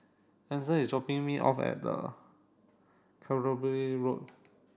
Edson is dropping me off at the Canterbury Road